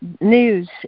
news